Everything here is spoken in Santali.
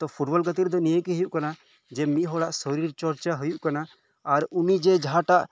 ᱛᱚ ᱯᱷᱩᱴᱵᱚᱞ ᱜᱟᱛᱮᱜ ᱨᱮᱫᱚ ᱱᱤᱭᱟᱹᱜᱮ ᱦᱳᱭᱳᱜ ᱠᱟᱱᱟ ᱡᱮ ᱢᱤᱫ ᱦᱚᱲᱟᱜ ᱥᱚᱨᱤᱨ ᱪᱚᱨᱪᱟ ᱦᱳᱭᱳᱜ ᱠᱟᱱᱟ ᱟᱨ ᱩᱱᱤ ᱡᱮ ᱡᱟᱦᱟᱸᱴᱟᱜ